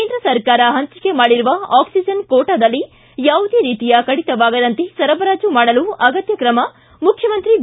ಕೇಂದ್ರ ಸರ್ಕಾರ ಹಂಚಿಕೆ ಮಾಡಿರುವ ಆಕ್ಸಿಜನ್ ಕೋಟಾದಲ್ಲಿ ಯಾವುದೇ ರೀತಿಯ ಕಡಿತವಾಗದಂತೆ ಸರಬರಾಜು ಮಾಡಲು ಅಗತ್ಯ ಕ್ರಮ ಮುಖ್ಯಮಂತ್ರಿ ಬಿ